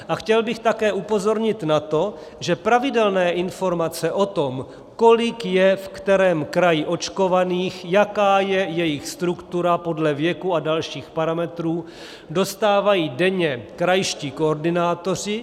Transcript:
A chtěl bych také upozornit na to, že pravidelné informace o tom, kolik je v kterém kraji očkovaných, jaká je jejich struktura podle věku a dalších parametrů, dostávají denně krajští koordinátoři.